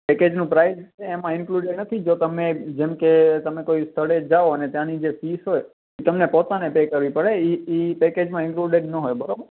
પેકેજનો પ્રાઇસ છે એમાં ઇન્ક્લુંડેડ નથી જો તમે જેમ કે તમે કોઈ સ્થળે જાઓ અને ત્યાંની જે ફીસ હોય એ તમને પોતાને પે કરવી પડે એ એ પેકેજમાં ઇન્ક્લુંડેડ ન હોય બરાબર